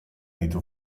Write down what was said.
ditu